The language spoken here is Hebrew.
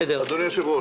היושב-ראש,